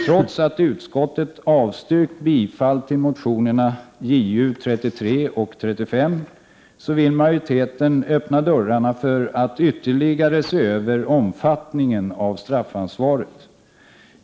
Trots att utskottet har avstyrkt bifall till motionerna Ju33 och 35, vill majoriteten öppna dörrarna för att ytterligare se över omfattningen av straffansvaret.